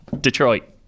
Detroit